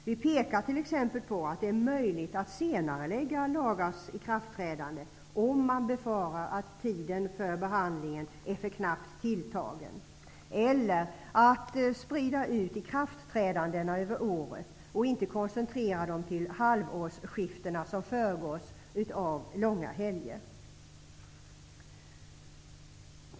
Vi pekar t.ex. på att det är möjligt att senarelägga lagars ikraftträdande om man befarar att tiden för behandlingen är för knappt tilltagen. Det är också möjligt att sprida ut ikraftträdandena över året och inte koncentrera dem till halvårsskiften som föregås av långa helger.